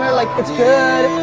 um like, it's good,